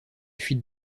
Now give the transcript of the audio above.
fuites